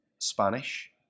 Spanish